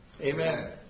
Amen